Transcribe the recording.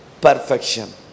Perfection